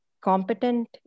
competent